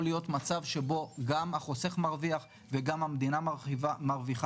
להיות מצב שבו גם החוסך מרוויח וגם המדינה מרוויחה,